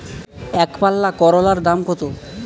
একপাল্লা করলার দাম কত?